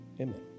Amen